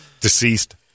deceased